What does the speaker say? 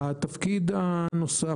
התפקיד הנוסף,